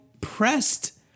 pressed